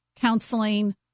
counseling